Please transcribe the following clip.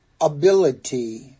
Ability